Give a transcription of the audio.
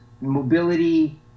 mobility